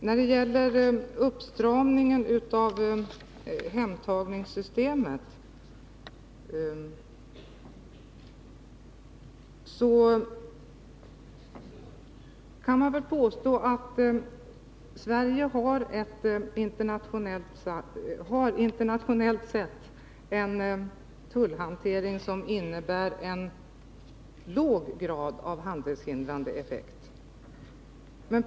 Då det gäller uppstramningen av hemtagningssystemet kan man påstå att Sverige internationellt sett har en tullhantering som i ringa grad utgör ett hinder för handeln.